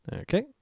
Okay